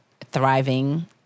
thriving